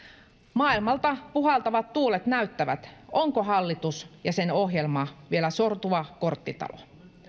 maailmalta puhaltavat tuulet näyttävät onko hallitus ja sen ohjelma vielä sortuva korttitalo